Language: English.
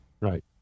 Right